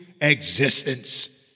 existence